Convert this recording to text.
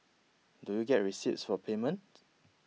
do you get receipts for payments